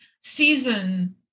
season